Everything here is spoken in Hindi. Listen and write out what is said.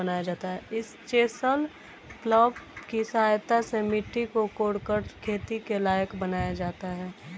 इस चेसल प्लॉफ् की सहायता से मिट्टी को कोड़कर खेती के लायक बनाया जाता है